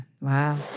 Wow